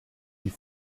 die